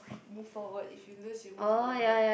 move forward if you lose you move your level